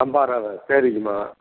சம்பா ரவை சரிங்கம்மா